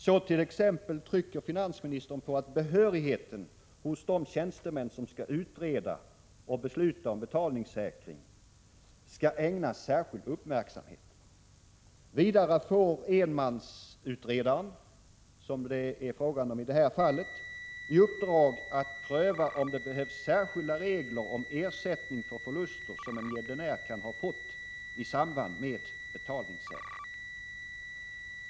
Så t.ex. trycker finansministern på att behörigheten hos de tjänstemän som skall utreda och besluta om betalningssäkring skall ägnas särskild uppmärksamhet. Vidare får enmansutredaren, som det är fråga om i detta fall, i uppdrag att pröva om det behövs särskilda regler om ersättning för förluster som en gäldenär kan ha fått i samband med betalningssäkring.